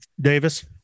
Davis